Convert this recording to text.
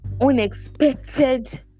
unexpected